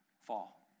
fall